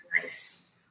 nice